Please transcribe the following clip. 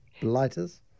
blighters